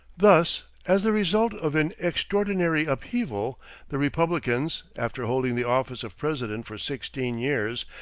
thus, as the result of an extraordinary upheaval the republicans, after holding the office of president for sixteen years,